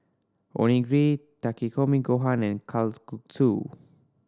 Onigiri Takikomi Gohan and Kalguksu